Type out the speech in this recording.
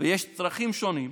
ושיש צרכים שונים,